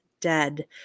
dead